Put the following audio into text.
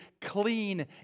clean